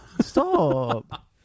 Stop